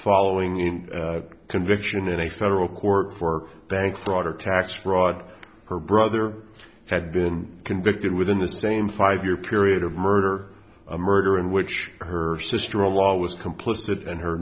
following in conviction in a federal court for bank fraud or tax fraud her brother had been convicted within the same five year period of murder a murder in which her sister in law was complicit and her